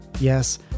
Yes